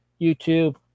YouTube